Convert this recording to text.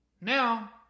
now